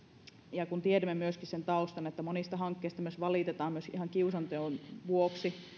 ja kun tiedämme myöskin sen taustan että monista hankkeista valitetaan myös ihan kiusanteon vuoksi